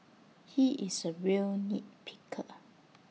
he is A real nit picker